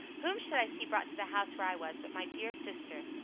whom should i see brought to the house where i was but my dear sister!